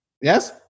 Yes